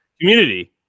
community